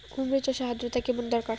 কুমড়ো চাষের আর্দ্রতা কেমন দরকার?